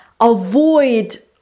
avoid